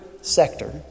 sector